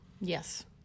Yes